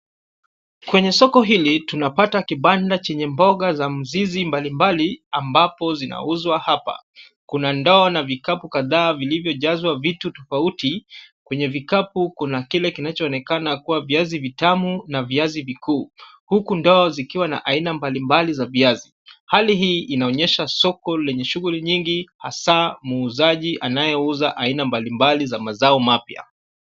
Kwenye soko hili tunapata kibanda chenye mboga za mzizi mbalimbali ambapo zinauzwa hapa. Kuna ndoo na vikapu kadhaa vilivyojazwa vitu tofauti. Kwenye vikapu kuna kile kinachoonekana kuwa viazi vitamu na viazi vikuu huku ndoo zikiwa na aina mbalimbali za viazi. Hali hii inaonyesha soko lenye shughuli nyingi hasa muuzaji anayeuza aina mbalimbali za mazao mapya.